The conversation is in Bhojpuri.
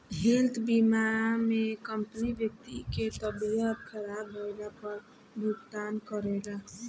हेल्थ बीमा में कंपनी व्यक्ति के तबियत ख़राब भईला पर भुगतान करेला